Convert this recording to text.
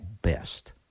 best